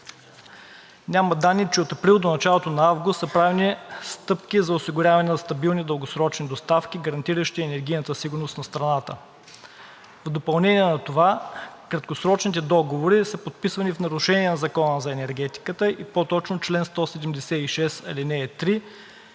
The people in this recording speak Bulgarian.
Няма данни, че от април до началото на август са правени стъпки за осигуряване на стабилни дългосрочни доставки, гарантиращи енергийната сигурност на страната. В допълнение на това краткосрочните договори са подписвани в нарушение на Закона за енергетиката, по-точно чл. 176, ал. 3,